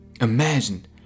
Imagine